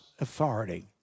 authority